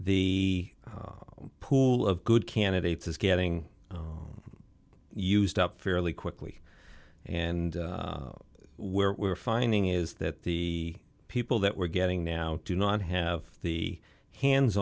the pool of good candidates is getting used up fairly quickly and where we're finding is that the people that we're getting now do not have the hands